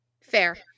fair